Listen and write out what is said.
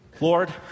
Lord